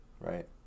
Right